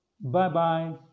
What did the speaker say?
bye-bye